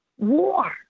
war